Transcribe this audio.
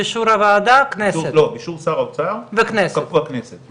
הקו הכחול נראה כמו אמבה שמותאמת למקום ולרוח